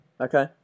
Okay